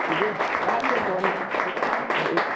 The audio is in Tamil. இது ப்ராஜக்ட் வந்து எ